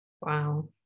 Wow